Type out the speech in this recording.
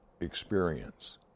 experience